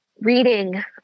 reading